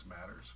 matters